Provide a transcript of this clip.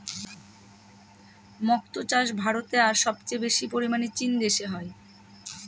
মক্তো চাষ ভারতে আর সবচেয়ে বেশি পরিমানে চীন দেশে হয়